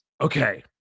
Okay